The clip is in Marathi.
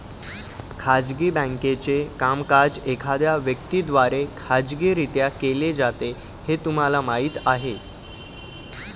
खाजगी बँकेचे कामकाज एखाद्या व्यक्ती द्वारे खाजगीरित्या केले जाते हे तुम्हाला माहीत आहे